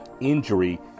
injury